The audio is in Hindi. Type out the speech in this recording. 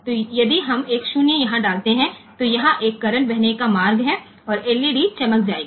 तो यदि हम एक 0 यहां डालते हैं तो यहाँ एक करेंट बहने का मार्ग है और एलईडी चमक जाएगा